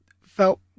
felt